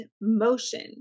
motion